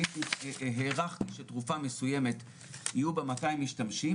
אני הערכתי שתרופה מסוימת יהיו בה 200 משתמשים,